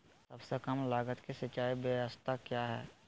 सबसे कम लगत की सिंचाई ब्यास्ता क्या है?